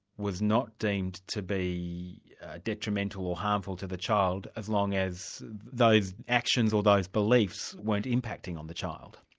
was not deemed to be detrimental or harmful to the child, as long as those actions or those beliefs weren't impacting on the child?